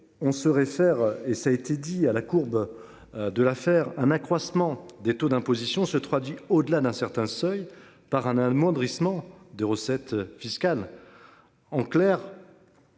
On se réfère. Et ça a été dit à la courbe. De l'affaire un accroissement des taux d'imposition se traduit au-delà d'un certain seuil par un un monde richement de recettes fiscales.